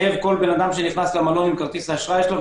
כל אדם שנכנס למלון עם כרטיס האשראי שלו,